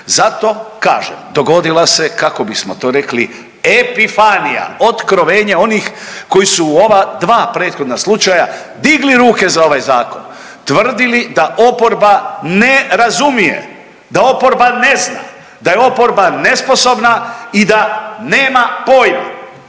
Zato kažem dogodila se kako bismo to rekli epifanija odkrovenje onih koji su u ova dva prethodna slučaja digli ruke za ovaj zakon, tvrdili da oporba ne razumije, da oporba ne zna, da je oporba nesposobna i da nema pojma.